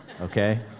okay